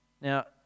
Now